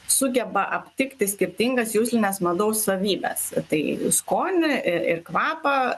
sugeba aptikti skirtingas jausmines medaus savybes tai skonį į ir kvapą